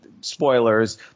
spoilers